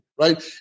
right